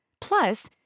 Plus